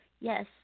Yes